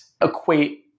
equate